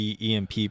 EMP